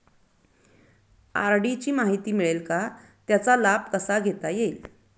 RD ची माहिती मिळेल का, त्याचा लाभ कसा घेता येईल?